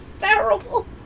terrible